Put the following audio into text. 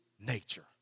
nature